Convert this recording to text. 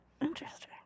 Interesting